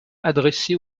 adressé